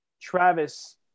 Travis